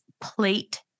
plate